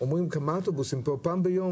אנשים באים --- פעם ביום,